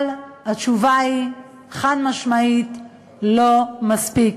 אבל התשובה היא חד-משמעית: לא מספיק.